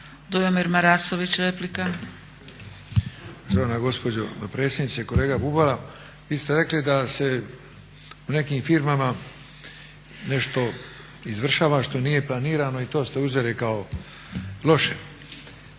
**Marasović, Dujomir (HDZ)** Štovana gospođo potpredsjednice, kolega Bubalo. Vi ste rekli da se u nekim firmama nešto izvršava što nije planirano i to ste uzeli kao loše.